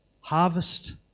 harvest